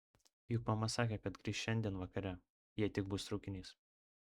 juk mama sakė kad grįš šiandien vakare jei tik bus traukinys